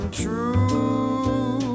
true